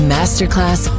Masterclass